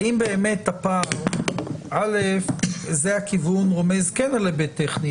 האם באמת שזה הכיוון כן רומז על היבט טכני?